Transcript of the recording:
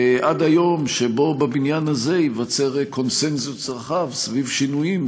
עד היום שבו בבניין הזה ייווצר קונסנזוס רחב סביב שינויים.